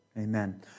Amen